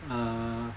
uh